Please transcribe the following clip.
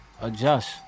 adjust